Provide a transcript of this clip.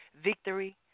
Victory